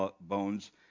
bones